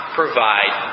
provide